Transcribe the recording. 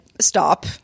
stop